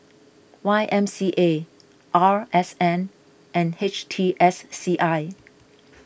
Y M C A R S N and H T S C I